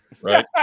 Right